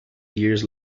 years